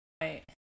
right